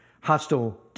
hostile